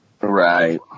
Right